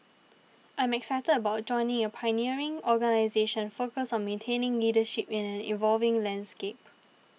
I'm excited about joining a pioneering organisation focused on maintaining leadership in an evolving landscape